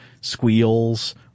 squeals